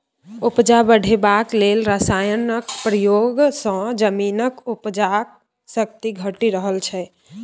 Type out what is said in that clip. उपजा बढ़ेबाक लेल रासायनक प्रयोग सँ जमीनक उपजाक शक्ति घटि रहल छै